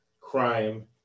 crime